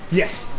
yes,